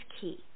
key